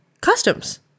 customs